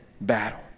battle